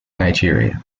nigeria